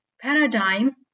paradigm